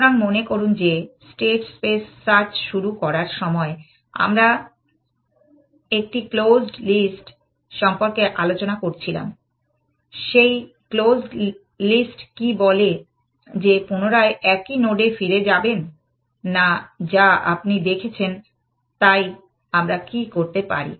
সুতরাং মনে করুন যে স্টেট স্পেস সার্চ শুরু করার সময় আমরা একটি ক্লোজড লিস্ট সম্পর্কে আলোচনা করেছিলাম সেই ক্লোজড লিস্ট কি বলে যে পুনরায় একই নোডে ফিরে যাবেন না যা আপনি দেখেছেন তাই আমরা কী করতে পারি